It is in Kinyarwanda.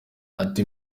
ati